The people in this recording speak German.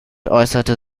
äußerte